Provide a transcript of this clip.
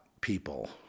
people